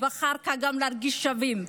ואחר כך גם להרגיש שווים.